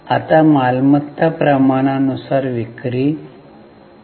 आता मालमत्ता प्रमाणानुसार विक्री आहे